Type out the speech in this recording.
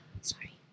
Sorry